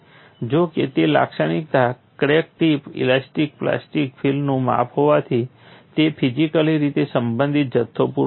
જો કે તે લાક્ષણિકતા ક્રેક ટિપ ઇલાસ્ટિક પ્લાસ્ટિક ફીલ્ડનું માપ હોવાથી તે ફિઝિકલી રીતે સંબંધિત જથ્થો પૂરો પાડે છે